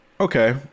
Okay